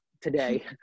today